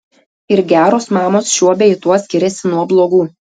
ir geros mamos šiuo bei tuo skiriasi nuo blogų